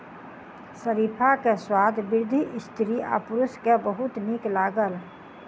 शरीफा के स्वाद वृद्ध स्त्री आ पुरुष के बहुत नीक लागल